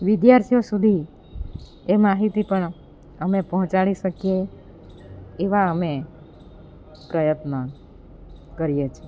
વિદ્યાર્થીઓ સુધી એ માહિતી પણ અમે પહોંચાડી શકીએ એવા અમે પ્રયત્ન કરીએ છે